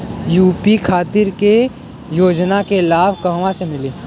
UP खातिर के योजना के लाभ कहवा से मिली?